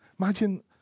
Imagine